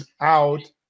out